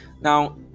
Now